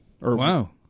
Wow